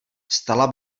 vstala